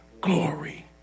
glory